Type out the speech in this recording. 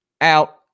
out